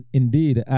indeed